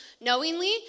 knowingly